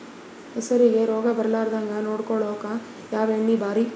ಹೆಸರಿಗಿ ರೋಗ ಬರಲಾರದಂಗ ನೊಡಕೊಳುಕ ಯಾವ ಎಣ್ಣಿ ಭಾರಿ?